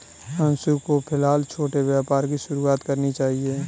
अंशु को फिलहाल छोटे व्यापार की शुरुआत करनी चाहिए